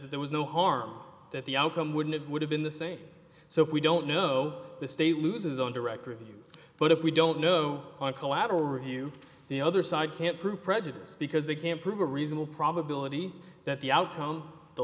that there was no harm that the outcome wouldn't it would have been the same so if we don't know the state loses on direct review but if we don't know collateral review the other side can't prove prejudice because they can't prove a reasonable probability that the outcome the